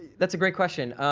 that's a great question.